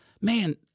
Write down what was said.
Man